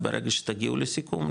ברגע שתגיעו לסיכום,